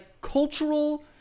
cultural